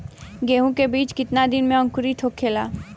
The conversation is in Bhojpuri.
गेहूँ के बिज कितना दिन में अंकुरित होखेला?